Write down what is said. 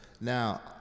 Now